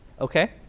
okay